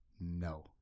no